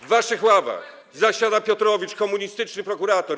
W waszych ławach zasiada Piotrowicz, komunistyczny prokurator.